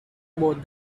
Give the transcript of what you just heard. about